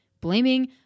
blaming